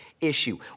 issue